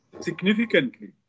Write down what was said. significantly